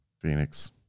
Phoenix